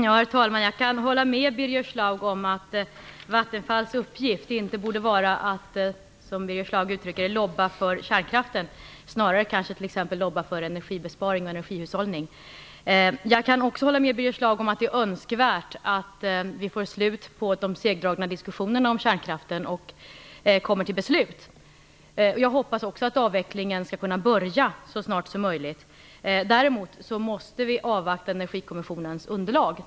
Herr talman! Jag kan hålla med Birger Schlaug om att Vattenfalls uppgift inte borde vara att, som Birger Schlaug uttrycker det, "lobba" för kärnkraften, utan snarare att "lobba" för energibesparing och energihushållning. Jag kan också hålla med Birger Schlaug om att det är önskvärt att vi får slut på de segdragna diskussionerna om kärnkraften och kommer till beslut. Jag hoppas också att avvecklingen skall kunna börja så snart som möjligt. Däremot måste vi avvakta Energikommissionens underlag.